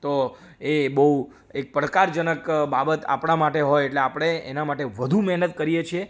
તો એ બહુ એક પડકારજનક બાબત આપણા માટે હોય એટલે આપણે એના માટે વધુ મહેનત કરીએ છીએ